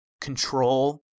control